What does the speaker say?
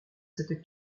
cette